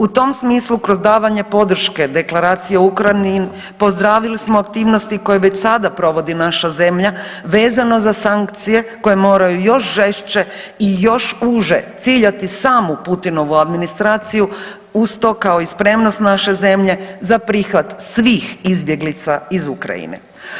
U tom smislu kroz davanje podrške Deklaracije Ukrajini pozdravili smo aktivnosti koje već sada provodi naša zemlja vezano za sankcije koje moraju još žešće i još uže ciljati samu Putinovu administraciju uz to kao i spremnost naše zemlje za prihvat svih izbjeglica iz Ukrajine.